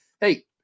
hey